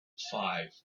five